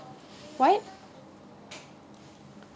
what